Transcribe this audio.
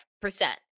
percent